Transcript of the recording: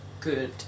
good